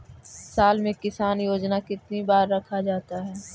साल में किसान योजना कितनी बार रखा जाता है?